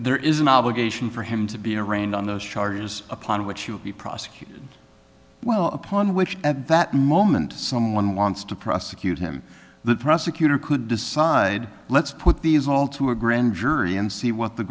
there is an obligation for him to be arraigned on those charges upon which he will be prosecuted well upon which at that moment someone wants to prosecute him the prosecutor could decide let's put these all to a grand jury and see what the